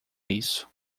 isso